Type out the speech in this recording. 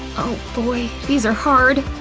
oh boy, these are hard!